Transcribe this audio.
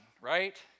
right